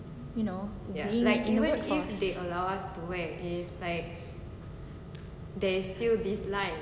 you know being in workforce